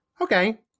okay